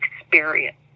experience